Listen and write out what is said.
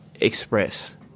express